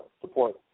support